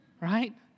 Right